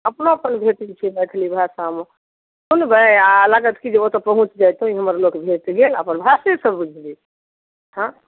अपनापन भेटै छै मैथिली भाषा मे सुनबै आ लागत कि जे ओतऽ पहुँच जाइतहुॅं ई हमर लोक भेट गेल ओकर भाषे सऽ बुझि जेबै हँ